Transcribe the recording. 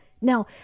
Now